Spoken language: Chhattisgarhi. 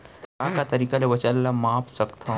का का तरीक़ा ले वजन ला माप सकथो?